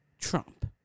Trump